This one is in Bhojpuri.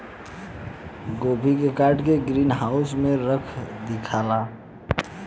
गोभी के काट के ग्रीन हाउस में रख दियाला